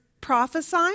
prophesy